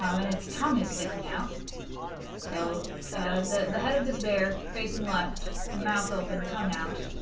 um and its tongue is sticking out so the the head of this bear, facing left, mouth open, tongue out,